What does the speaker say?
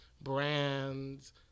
brands